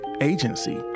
agency